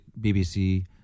BBC